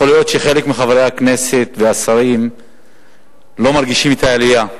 יכול להיות שחלק מחברי הכנסת והשרים לא מרגישים את העלייה,